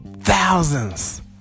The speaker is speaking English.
thousands